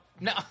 No